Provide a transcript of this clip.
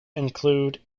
include